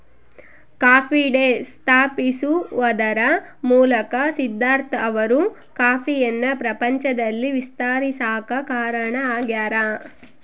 coffee Day ಸ್ಥಾಪಿಸುವದರ ಮೂಲಕ ಸಿದ್ದಾರ್ಥ ಅವರು ಕಾಫಿಯನ್ನು ಪ್ರಪಂಚದಲ್ಲಿ ವಿಸ್ತರಿಸಾಕ ಕಾರಣ ಆಗ್ಯಾರ